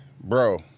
Bro